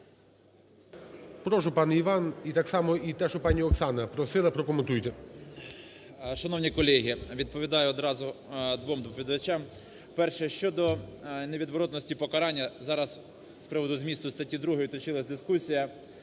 Прошу, пане Іван. І так само і те, що пані Оксана просила, прокоментуйте. 13:40:58 ВІННИК І.Ю. Шановні колеги, відповідаю одразу двом доповідачам. Перше. Щодо невідворотності покарання. Зараз з приводу змісту статті 2 точилась дискусія,